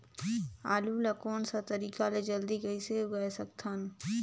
आलू ला कोन सा तरीका ले जल्दी कइसे उगाय सकथन?